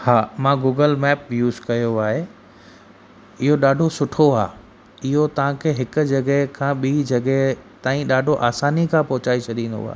हा मां Google map use कयो आहे इहो ॾाढो सुठो आहे इहो तव्हांखे हिकु जॻह खां बि जॻह ताईं ॾाढो आसानी खां पहुचाई छॾींदो आहे